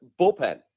bullpen